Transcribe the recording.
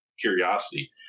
curiosity